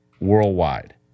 worldwide